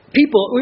people